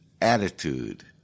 attitude